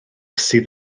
sydd